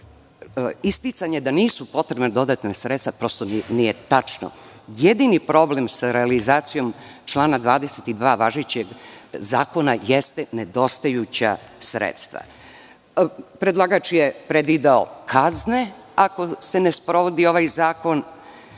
isticanje da nisu potrebna dodatna sredstva prosto nije tačno. Jedini problem sa realizacijom člana 22. važećeg zakona jeste nedostajuća sredstva. Predlagač je predvideo kazne ako se ne sprovodi ovaj zakon.